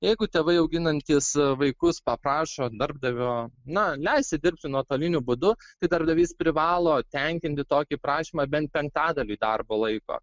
jeigu tėvai auginantys vaikus paprašo darbdavio na leisti dirbti nuotoliniu būdu tai darbdavys privalo tenkinti tokį prašymą bent penktadaliui darbo laiko